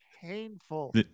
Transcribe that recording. painful